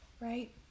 Right